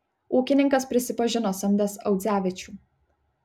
ūkininkas prisipažino samdęs audzevičių